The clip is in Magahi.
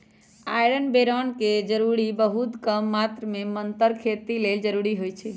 आयरन बैरौन के जरूरी बहुत कम मात्र में मतर खेती लेल जरूरी होइ छइ